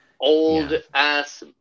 old-ass